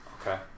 Okay